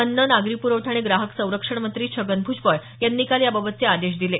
अन्न नागरी प्रवठा आणि ग्राहक संरक्षण मंत्री छगन भुजबळ यांनी काल याबाबतचे आदेश दिले